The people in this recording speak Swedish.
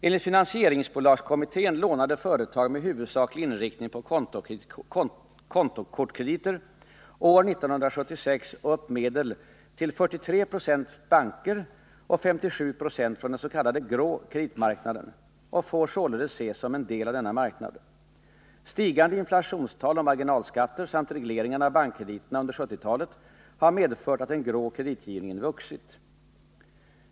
Enligt finansieringsbolagskommittén lånade företag med huvudsaklig inriktning på kontokortskrediter år 1976 upp medel till 43 90 från banker och 57 Jo från den s.k. grå kreditmarknaden och får således ses som en del av denna marknad. Stigande inflationstal och marginalskatter samt regleringarna av bankkrediterna under 1970-talet har medfört att den grå kreditgivningen vuxit.